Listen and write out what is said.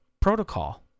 protocol